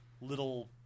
little